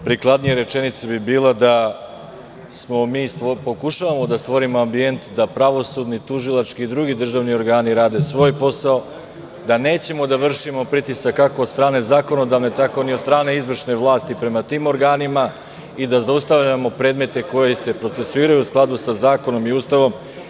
Prikladnija rečenica bi bila da mi pokušavamo da stvorimo ambijent, da pravosudni, tužilački i drugi državni organi rade svoj posao, da nećemo da vršimo pritisak, kako od strane zakonodavne, tako ni od strane izvršne vlasti prema tim organima i da zaustavljamo predmete koji se procesuiraju u skladu sa zakonom i Ustavom.